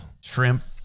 Shrimp